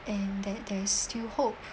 and that there's still hope